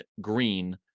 green